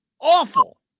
awful